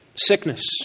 Sickness